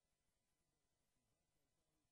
תוקף), התשע"ח 2017,